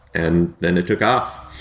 and then it took off.